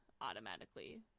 automatically